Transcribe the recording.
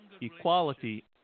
Equality